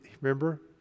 remember